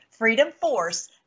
Freedomforce